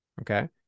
Okay